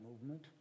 movement